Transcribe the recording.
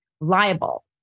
liable